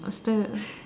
I stay at